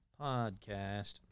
podcast